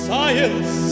Science